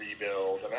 rebuild